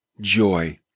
joy